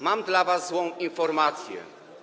Mam dla was złą informację.